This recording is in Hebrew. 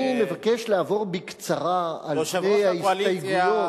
אני מבקש לעבור בקצרה על שתי ההסתייגויות,